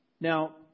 Now